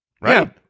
right